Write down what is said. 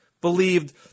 believed